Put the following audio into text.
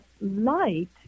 light